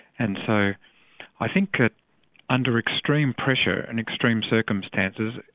and so i think under extreme pressure and extreme circumstances,